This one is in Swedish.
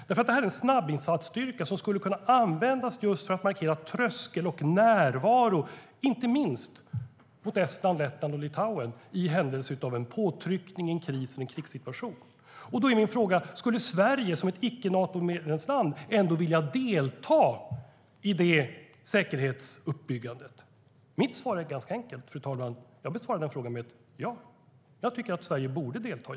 VJTF är en snabbinsatsstyrka som skulle kunna användas just för att markera tröskel och närvaro, inte minst i Estland, Lettland och Litauen i händelse av påtryckning, kris eller krigssituation. Skulle Sverige, som icke-Natoland, ändå vilja delta i det säkerhetsuppbyggandet? Mitt svar är ganska enkelt. Jag besvarar frågan med ja. Jag tycker att Sverige borde delta.